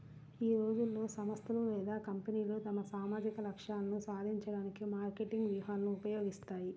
ఈ రోజుల్లో, సంస్థలు లేదా కంపెనీలు తమ సామాజిక లక్ష్యాలను సాధించడానికి మార్కెటింగ్ వ్యూహాలను ఉపయోగిస్తాయి